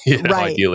Right